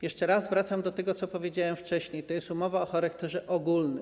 Jeszcze raz wracam do tego, co powiedziałem wcześniej: to jest umowa o charakterze ogólnym.